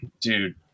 dude